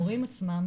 המורים עצמם,